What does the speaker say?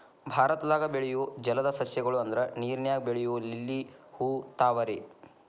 ಭಾರತದಾಗ ಬೆಳಿಯು ಜಲದ ಸಸ್ಯ ಗಳು ಅಂದ್ರ ನೇರಿನಾಗ ಬೆಳಿಯು ಲಿಲ್ಲಿ ಹೂ, ತಾವರೆ